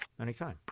Anytime